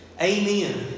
Amen